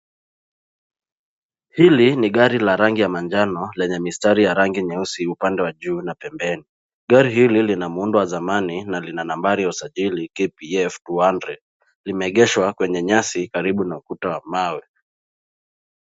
Hili ni gari la rangi ya manjano lenye mistari ya rangi nyeusi upande wa juu na pembeni. Gari hili lina muundo wa zamani na lina nambari ya usajili KPF 200. Limeegeshwa kwenye nyasi karibu na ukuta wa mawe.